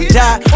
die